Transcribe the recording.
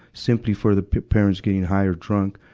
simply for the pa, parents getting high or drunk,